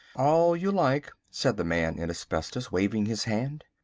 all you like, said the man in asbestos, waving his hand.